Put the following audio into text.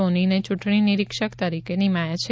સોનીને ચૂંટણી નીરિક્ષક તરીકે નીમાયા છે